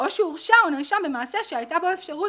או שהוא הורשע או נאשם במעשה שהייתה בו אפשרות